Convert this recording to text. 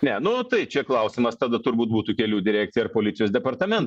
ne nu tai čia klausimas tada turbūt būtų kelių direkcija ar policijos departamentui